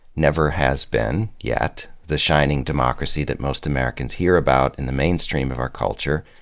never has been yet the shining democracy that most americans hear about in the mainstream of our culture,